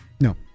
No